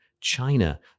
China